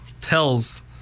tells